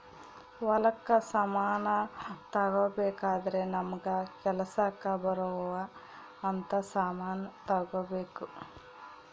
ಹೊಲಕ್ ಸಮಾನ ತಗೊಬೆಕಾದ್ರೆ ನಮಗ ಕೆಲಸಕ್ ಬರೊವ್ ಅಂತ ಸಮಾನ್ ತೆಗೊಬೆಕು